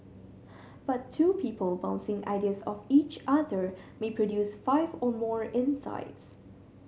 but two people bouncing ideas off each other may produce five or more insights